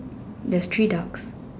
there's three Ducks